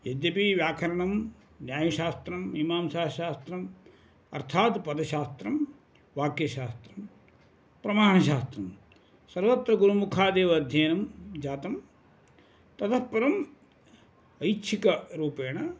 यद्यपि व्याकरणं न्यायशास्त्रं मीमासाशास्त्रम् अर्थात् पदशास्त्रं वाक्यशास्त्रं प्रमाणशास्त्रं सर्वत्र गुरुमुखादेव अध्ययनं जातं ततः परम् ऐच्छिकरूपेण